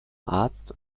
arzt